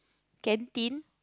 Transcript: canteen